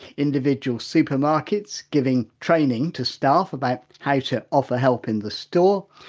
individual supermarkets giving training to staff about how to offer help in the store.